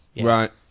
Right